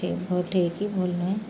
ଠିକ୍ ଭୁଲ୍ ନୁହେଁ